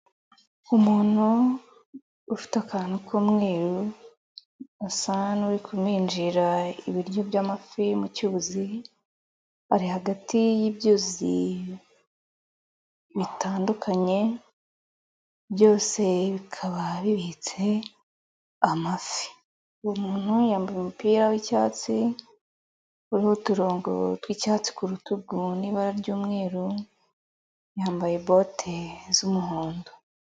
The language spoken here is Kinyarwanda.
Umuntu ufite akantu k'umweru asa n'uri kuminjira ibiryo by'amafi mu cyuzi, ari hagati y'ibyuzi bitandukanye byose bikaba bibitse amafi; uwo muntu yambaye umupira w'icyatsi, uriho uturongo tw'icyatsi ku rutugu n'ibara ry'umweru, yambaye bote z'umuhondo.